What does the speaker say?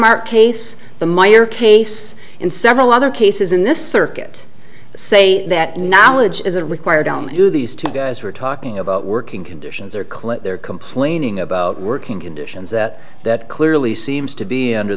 mark case the meyer case in several other cases in this circuit say that knowledge is a required element to these two guys we're talking about working conditions or clip they're complaining about working conditions that that clearly seems to be under